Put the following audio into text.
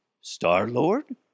Star-Lord